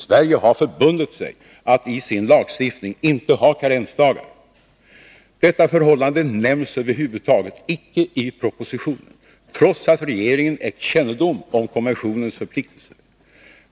Sverige har förbundit sig att i sin lagstiftning inte ha karensdagar. Detta förhållande nämns över huvud taget inte i propositionen, trots att regeringen ägt kännedom om konventionens förpliktelser.